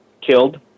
killed